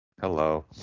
Hello